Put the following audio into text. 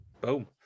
Boom